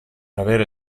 avere